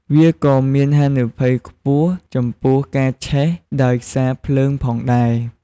វាក៏មានហានិភ័យខ្ពស់ចំពោះ ការឆេះដោយសារភ្លើងផងដែរ។